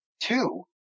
Two